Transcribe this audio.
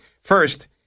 First